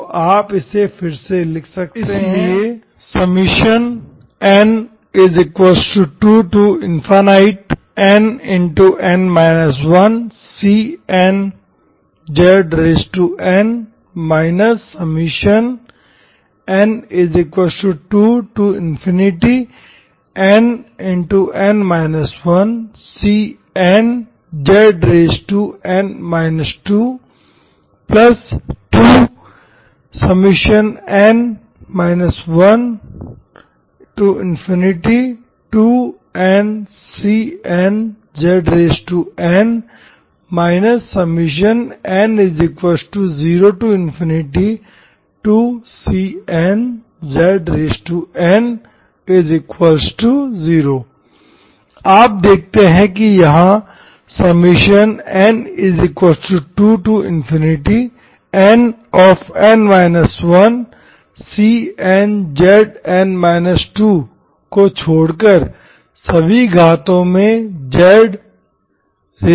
तो आप इसे फिर से लिख सकते हैं ⇒ n2nn 1cnzn n2nn 1cnzn 22n12ncnzn n02cnzn0 आप देखते हैं कि यहाँ n2nn 1cnzn 2 को छोड़कर सभी घातो में zn है